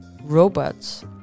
robots